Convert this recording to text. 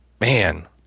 Man